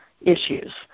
issues